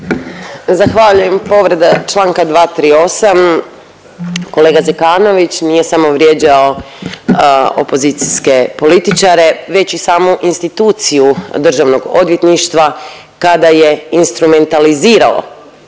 Zahvaljujem, povreda čl. 238., kolega Zekanović nije samo vrijeđao opozicijske političare, već i samu instituciju državnog odvjetništva kada je instrumentalizirao